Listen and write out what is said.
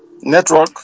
Network